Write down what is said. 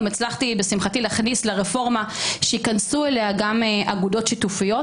גם הצלחתי בשמחתי להכניס לרפורמה שייכנסו אליה גם אגודות שיתופיות,